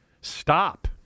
Stop